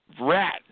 rat